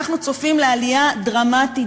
אנחנו צופים עלייה דרמטית,